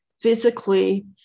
physically